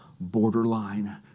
borderline